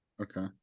Okay